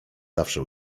zawsze